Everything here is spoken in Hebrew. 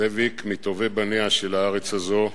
זאביק, מטובי בניה של הארץ הזאת,